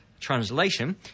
translation